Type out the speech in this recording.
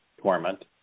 torment